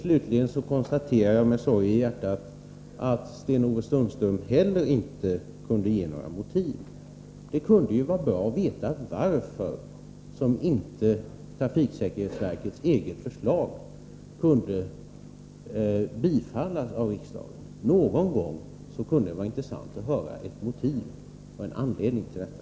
Slutligen kan jag med sorg i hjärtat konstatera att inte heller Sten-Ove Sundström kunde ange några motiv. Det kunde vara bra att få veta varför inte trafiksäkerhetsverkets eget förslag kan bifallas av riksdagen. Någon gång kunde det vara intressant att få höra anledningen till detta.